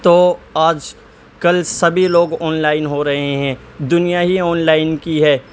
تو آج کل سبھی لوگ آنلائن ہو رہے ہیں دنیا ہی آنلائن کی ہے